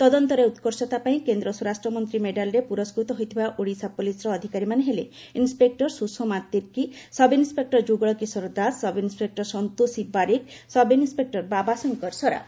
ତଦନ୍ତରେ ଉତ୍କର୍ଷତା ପାଇଁ କେନ୍ଦ୍ର ସ୍ୱରାଷ୍ଟ୍ର ମନ୍ତ୍ରୀ ମେଡାଲ୍ରେ ପୁରସ୍କୃତ ହୋଇଥିବା ଓଡ଼ିଶା ପୁଲିସ୍ର ଅଧିକାରୀମାନେ ହେଲେ inspector Sushma Tirkey sub inspector Jugal Kishore Das sub inspector Santoshi Barik sub inspector Baba Shankar Saraf